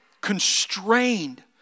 constrained